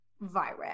virus